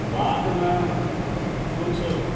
बादमे किछु